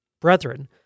Brethren